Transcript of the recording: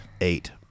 Eight